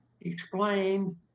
explained